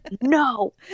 no